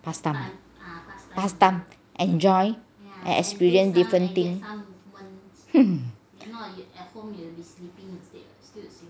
pastime ah pastime enjoy and experience different thing hmm